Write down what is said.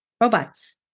robots